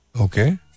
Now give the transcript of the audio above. Okay